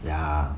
ya